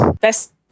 best